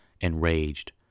Enraged